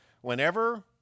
whenever